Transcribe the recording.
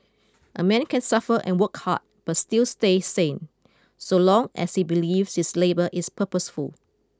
a man can suffer and work hard but still stay sane so long as he believes his labour is purposeful